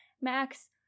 Max